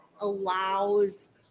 allows